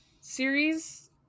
series